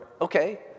okay